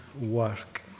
work